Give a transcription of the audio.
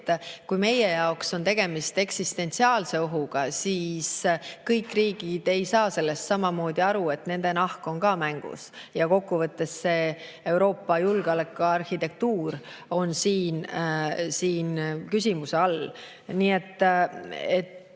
et kui meie jaoks on tegemist eksistentsiaalse ohuga, siis kõik riigid ei saa sellest samamoodi aru: et nende nahk on ka [turule viidud] ja kokkuvõttes on Euroopa julgeolekuarhitektuur siin küsimuse all. Nii et